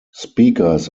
speakers